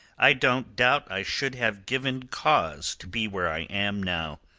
i don't doubt i should have given cause to be where i am now.